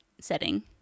setting